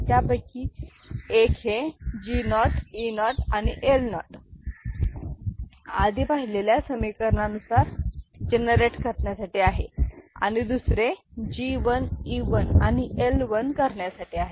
त्यापैकी एक हे जी 0 E 0 आणि एल 0 आधी पाहिलेल्या समिकरणा नुसार जनरेट करण्यासाठी आहे आणि दुसरे जी 1 E 1 आणि एल 1 करण्यासाठी आहे